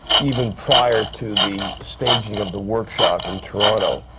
even prior to the staging of the workshop in toronto,